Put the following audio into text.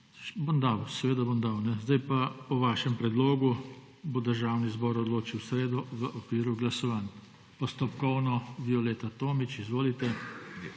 Bom dal, seveda bom dal. Sedaj pa: o vašem predlogu bo Državni zbor odločil v sredo v okviru glasovanj. Postopkovno Violeta Tomić. Izvolite.